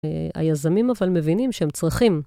היזמים אבל מבינים שהם צריכים.